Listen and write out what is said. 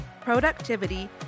productivity